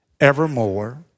evermore